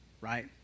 right